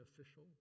official